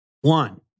One